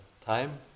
time